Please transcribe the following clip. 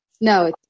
No